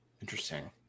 interesting